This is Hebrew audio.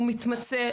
הוא מתמצא,